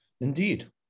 Indeed